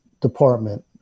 department